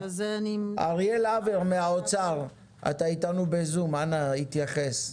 אריאל הבר מהאוצר, אתה איתנו בזום, אנא התייחס,